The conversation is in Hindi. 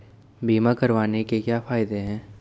बीमा करवाने के क्या फायदे हैं?